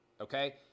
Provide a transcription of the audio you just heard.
okay